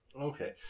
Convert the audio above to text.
Okay